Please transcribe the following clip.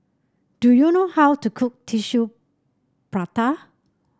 do you know how to cook Tissue Prata